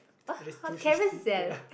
Carousell